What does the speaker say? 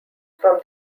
from